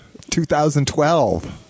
2012